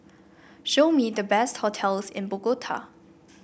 show me the best hotels in Bogota